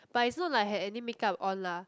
but it's not like I had any makeup on lah